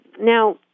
Now